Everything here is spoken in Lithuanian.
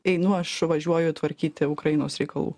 einu aš važiuoju tvarkyti ukrainos reikalų